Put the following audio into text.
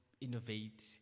innovate